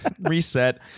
Reset